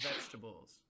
vegetables